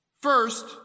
First